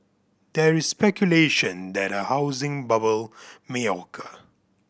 there is speculation that a housing bubble may occur